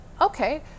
okay